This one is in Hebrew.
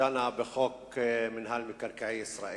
שדנה בחוק מינהל מקרקעי ישראל.